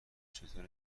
چطور